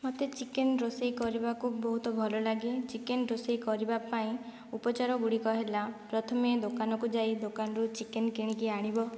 ମୋତେ ଚିକେନ୍ ରୋଷେଇ କରିବାକୁ ବହୁତ ଭଲ ଲାଗେ ଚିକେନ୍ ରୋଷେଇ କରିବା ପାଇଁ ଉପଚାର ଗୁଡ଼ିକ ହେଲା ପ୍ରଥମେ ଦୋକାନକୁ ଯାଇ ଦୋକାନରୁ ଚିକେନ୍ କିଣିକି ଆଣିବ